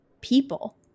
people